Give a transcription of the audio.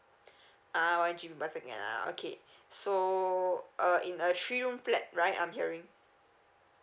ah one G_B per second ah okay so uh in a three room flat right I'm hearing